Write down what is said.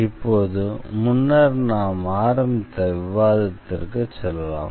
இப்போது முன்னர் நான் ஆரம்பித்த விவாதத்திற்கு செல்லலாம்